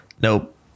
Nope